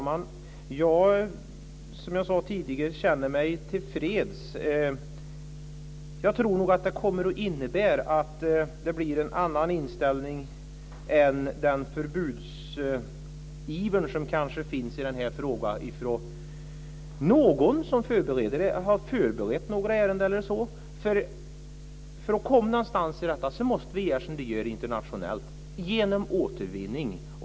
Fru talman! Som jag sade tidigare känner jag mig tillfreds. Jag tror nog att det här kommer att innebära att det blir en annan inställning än den förbudsiver som kanske finns i den här frågan hos någon som har förberett några ärenden eller så. Om vi ska komma någonstans när det gäller detta måste vi göra som de gör internationellt. Det handlar om återvinning.